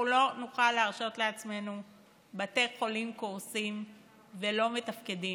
לא נוכל להרשות לעצמנו בתי חולים קורסים ולא מתפקדים.